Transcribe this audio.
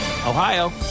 Ohio